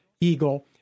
Eagle